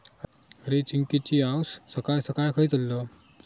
अरे, चिंकिची आऊस सकाळ सकाळ खंय चल्लं?